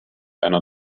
einer